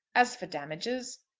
as for damages,